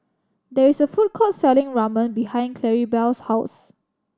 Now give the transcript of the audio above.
there is a food court selling Ramen behind Claribel's house